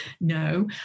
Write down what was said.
No